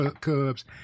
cubs